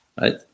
Right